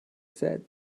said